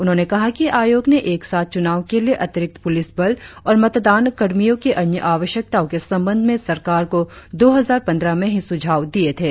उन्होंने कहा कि आयोग ने एक साथ चुनाव के लिए अतिरिक्त प्रलिस बल और मतदान कर्मियों की अन्य आवश्यकताओं के संबंध में सरकार को दो हजार पंद्रह में ही सुझाव दिए थे